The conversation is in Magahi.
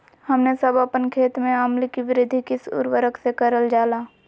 हमने सब अपन खेत में अम्ल कि वृद्धि किस उर्वरक से करलजाला?